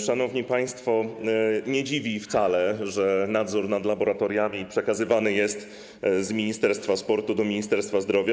Szanowni państwo, nie dziwi wcale, że nadzór nad laboratoriami przekazywany jest z ministerstwa sportu do Ministerstwa Zdrowia.